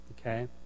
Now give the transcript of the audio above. Okay